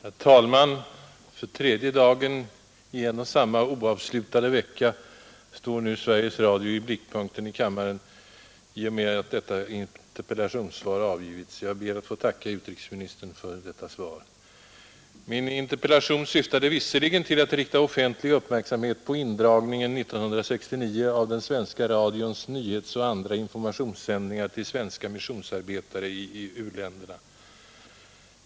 Herr talman! För tredje dagen i en och samma, oavslutade vecka står nu Sveriges Radio i blickpunkten i kammaren i och med att detta interpellationssvar avgivits. Jag ber att få tacka utrikesministern för detta svar. Min interpellation syftade visserligen till att rikta offentlig uppmärksamhet på indragningen 1969 av den svenska utlandsradions nyhetsoch andra informationssändningar till svenska missionsarbetare i u-länderna.